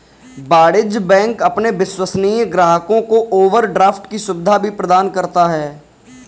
वाणिज्य बैंक अपने विश्वसनीय ग्राहकों को ओवरड्राफ्ट की सुविधा भी प्रदान करता है